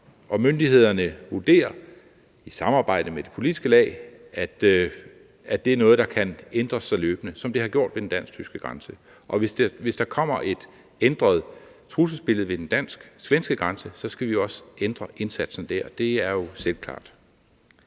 Og myndighederne vurderer i samarbejde med det politiske lag, at det er noget, der kan ændres løbende, som det er sket ved den dansk-tyske grænse. Hvis der kommer et ændret trusselsbillede ved den dansk-svenske grænse, skal vi også ændre indsatsen dér – det er jo selvklart.